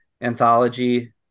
anthology